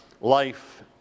life